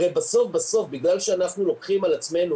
הרי בסוף בגלל שאנחנו לוקחים על עצמנו